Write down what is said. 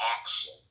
action